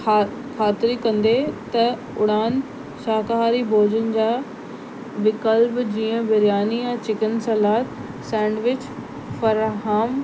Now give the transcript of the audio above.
ख ख़ातिरी कंदे त उड़ान शाकाहारी भोजन जा विकल्प जींह बिरयानी या चिकन सलाद सैंडविच फ़राहम